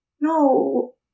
no